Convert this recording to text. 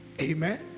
Amen